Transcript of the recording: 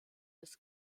des